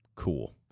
Cool